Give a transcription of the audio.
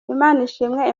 imanishimwe